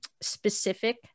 specific